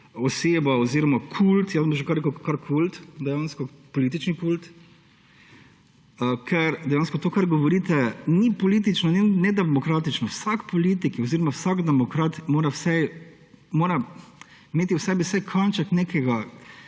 oseba oziroma kult. Bom kar rekel že kult, dejansko politični kult, ker dejansko to, kar govorite, ni politično ne demokratično. Vsak politik oziroma vsak demokrat mora imeti v sebi vsaj kanček neke